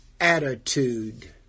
Attitude